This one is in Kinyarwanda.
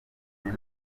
muri